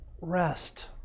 rest